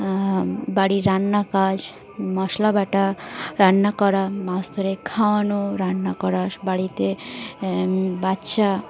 বাড়ির রান্না কাজ মশলা বাটা রান্না করা মাছ ধরে খাওয়ানো রান্না করা বাড়িতে বাচ্চা